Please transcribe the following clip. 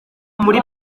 muri